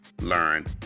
Learn